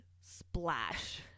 splash